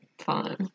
fine